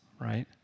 right